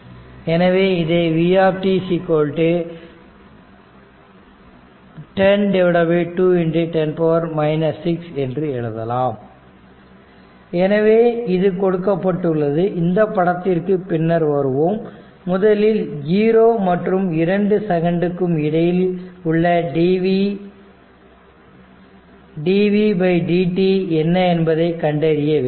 எனவே இதை v 10210 6 என்று எழுதலாம் எனவே இது கொடுக்கப்பட்டுள்ளது இந்த படத்திற்கு பின்னர் வருவோம் முதலில் 0 மற்றும் 2 செகண்ட்டுக்கும் இடையில் உள்ள dvtdt என்ன என்பதை கண்டறிய வேண்டும்